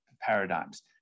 paradigms